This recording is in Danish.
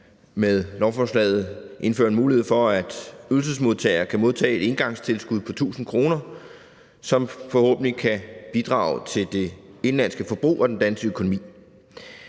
med lovforslaget indfører en mulighed for, at ydelsesmodtagere kan modtage et engangstilskud på 1.000 kr., som forhåbentlig kan bidrag til det indenlandske forbrug og den danske økonomi.